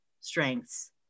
strengths